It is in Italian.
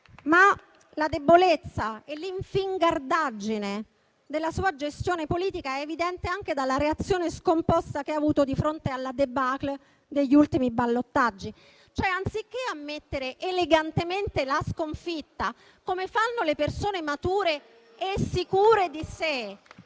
La debolezza e l'infingardaggine della sua gestione politica sono evidenti anche dalla reazione scomposta che ha avuto di fronte alla *débâcle* degli ultimi ballottaggi. Anziché ammettere elegantemente la sconfitta, come fanno le persone mature e sicure di sé